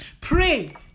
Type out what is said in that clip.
Pray